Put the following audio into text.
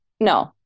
no